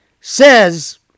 says